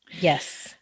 Yes